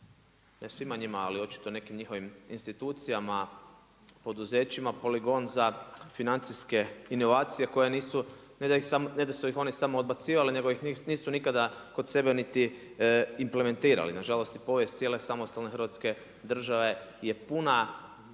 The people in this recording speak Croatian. ne svima njima ali očito nekim njihovim institucijama, poduzećima poligon za financijske inovacije koje nisu, ne da su ih oni samo odbacivali nego ih nisu nikada kod sebe niti implementirali. Nažalost i povijest cijele samostalne Hrvatske države je puna